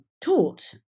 taught